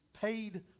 paid